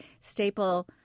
staple